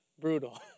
brutal